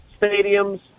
stadiums